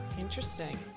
Interesting